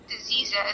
diseases